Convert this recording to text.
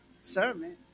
sermon